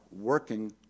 working